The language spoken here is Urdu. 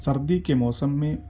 سردی کے موسم میں